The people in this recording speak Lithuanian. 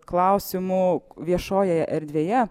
klausimų viešojoje erdvėje